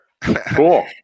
Cool